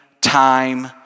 time